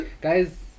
Guys